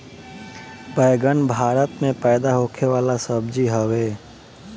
बैगन भारत में पैदा होखे वाला सब्जी हवे